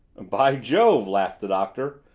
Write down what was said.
by jove! laughed the doctor,